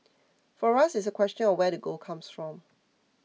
for us it's a question of where the gold comes from